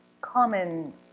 common